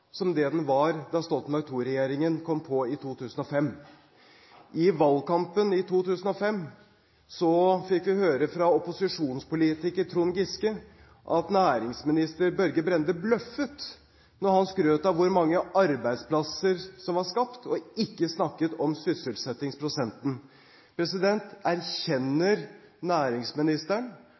som det den var da Stoltenberg II-regjeringen kom på i 2005. I valgkampen i 2005 fikk vi høre fra opposisjonspolitiker Trond Giske at næringsminister Børge Brende bløffet da han skrøt av hvor mange arbeidsplasser som var skapt, og ikke snakket om sysselsettingsprosenten. Erkjenner næringsministeren